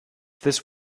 this